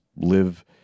live